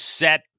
set